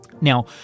Now